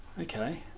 Okay